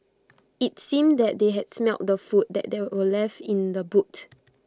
IT seemed that they had smelt the food that were left in the boot